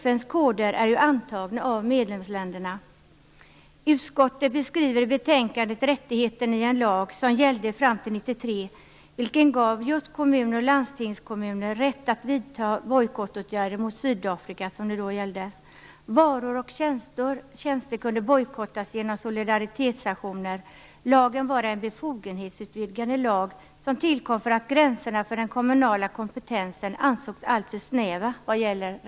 FN:s regler är ju antagna av medlemsländerna. Utskottet beskriver i betänkandet en lag som gällde till 1993 och som gav kommuner och landstingskommuner rätt att vidta bojkottåtgärder mot Sydafrika, som det då gällde. Varor och tjänster kunde bojkottas genom solidaritetsaktioner. Det var en befogenhetsutvidgande lag, som tillkom därför att gränserna för den kommunala kompetensen i tidigare gällande rättspraxis ansågs alltför snäva.